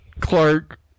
Clark